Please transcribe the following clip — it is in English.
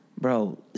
bro